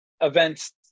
events